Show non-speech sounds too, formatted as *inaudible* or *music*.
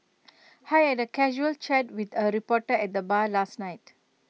*unintelligible* had A casual chat with A reporter at the bar last night